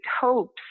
hopes